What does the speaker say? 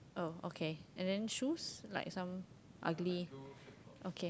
oh okay and then shoes like some ugly okay